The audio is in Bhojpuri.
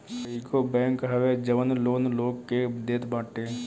कईगो बैंक हवे जवन लोन लोग के देत बाटे